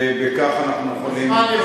ובכך אנחנו יכולים,